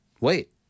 Wait